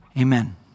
Amen